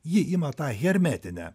ji ima tą hermetinę